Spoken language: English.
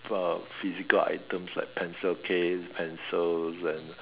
about physical items like pencil case pencils and